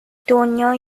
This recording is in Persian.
دنیا